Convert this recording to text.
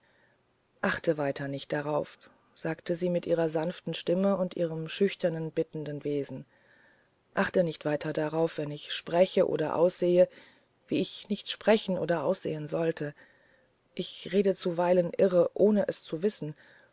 achte weiter nicht darauf sagte sie mit ihrer sanften stimme und ihrem schüchternen bittenden wesen achte nicht weiter darauf wenn ich spreche oder aussehe wieichnichtsprechenoderaussehensollte ichredezuweilenirre ohneeszu wissen